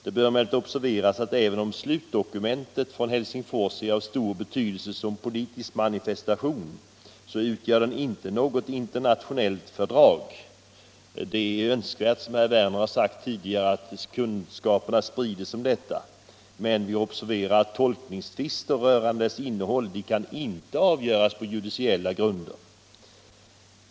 Det bör emellertid observeras att även om slutdokumentet från Helsingfors är av stor betydelse som politisk manifestation så utgör det inte något internationellt fördrag. Det är, som herr Werner i Tyresö sagt tidigare, önskvärt att kunskaperna om detta sprids. Men vi bör observera att tolkningstvister rörande dess innehåll inte kan avgöras på judiciella grunder.